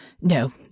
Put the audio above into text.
No